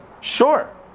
Sure